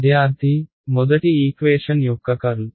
విద్యార్థి మొదటి ఈక్వేషన్ యొక్క కర్ల్